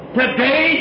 today